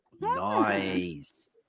Nice